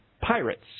Pirates